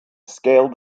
scaled